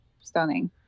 stunning